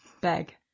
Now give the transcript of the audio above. bag